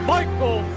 Michael